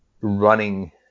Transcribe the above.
running